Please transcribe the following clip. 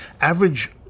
Average